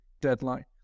deadline